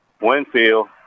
Winfield